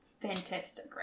fantastic